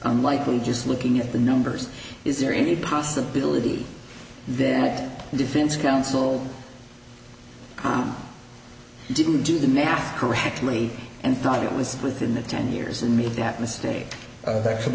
unlikely just looking at the numbers is there any possibility that the defense counsel come didn't do the math correctly and thought it was within the ten years and made that mistake that could